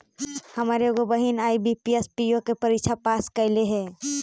हमर एगो बहिन आई.बी.पी.एस, पी.ओ के परीक्षा पास कयलइ हे